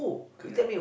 correct